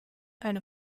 eine